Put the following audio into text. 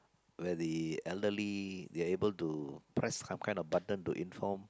where the elderly they are able to press some kind of button to inform